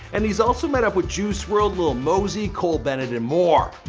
and he's also met up with juice wrld, lil mosey, cole bennett and more.